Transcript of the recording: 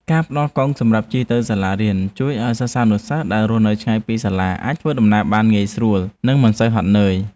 ការផ្តល់កង់សម្រាប់ជិះទៅសាលារៀនជួយឱ្យសិស្សានុសិស្សដែលរស់នៅឆ្ងាយពីសាលា អាចធ្វើដំណើរបានងាយស្រួលនិងមិនសូវហត់នឿយ។